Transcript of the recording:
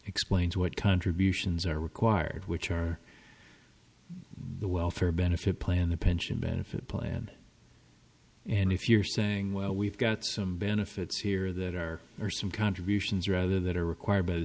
explains what contributions are required which are the welfare benefit plan the pension benefit plan and if you're saying well we've got some benefits here that are or some contributions or other that are required by the